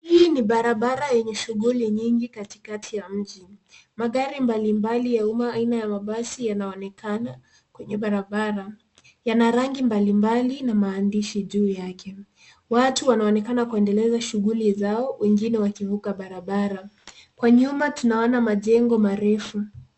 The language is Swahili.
Hii ni barabara yenye shughuli nyingi katikati ya mji. Magari mbalimbali ya umma aina ya mabasi yanaonekana kwenye barabara. Yana rangi mbalimbali na maandishi juu yake. Watu wanaonekana kuendeleza shughuli zao, wengine wakivuka barabara. Kwa nyuma tunaona majengo marefu.